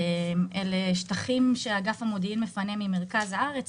אלה שטחים שאגף המודיעין מפנה ממרכז הארץ